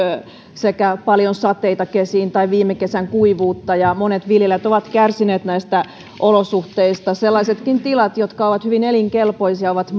sekä paljon sateita kesiin että viime kesän kuivuuden ja monet viljelijät ovat kärsineet näistä olosuhteista sellaisetkin tilat jotka ovat hyvin elinkelpoisia ovat